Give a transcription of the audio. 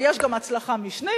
אבל יש גם הצלחה משנית,